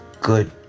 good